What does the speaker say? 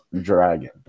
Dragon